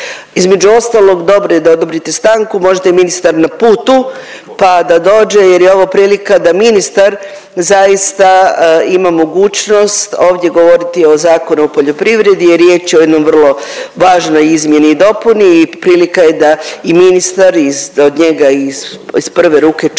Između ostalog dobro je da odobrite stanku, možda je ministar na putu, pa da dođe jer je ovo prilika da ministar zaista ima mogućnost ovdje govoriti o Zakonu o poljoprivredi jer riječ je o jednoj vrlo važnoj izmjeni i dopuni i prilika je da i ministar, od njega iz prve ruke čujemo